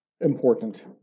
important